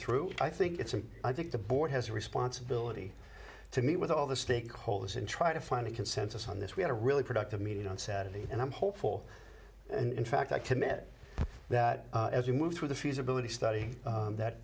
through i think it's and i think the board has a responsibility to meet with all the stakeholders and try to find a consensus on this we had a really productive meeting on saturday and i'm hopeful and in fact i commit that as we move through the feasibility study that